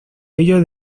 ello